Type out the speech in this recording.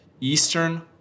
Eastern